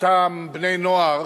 אותם בני-נוער